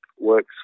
Works